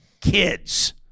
kids